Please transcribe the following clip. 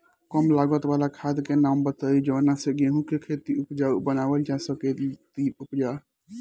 कम लागत वाला खाद के नाम बताई जवना से गेहूं के खेती उपजाऊ बनावल जा सके ती उपजा?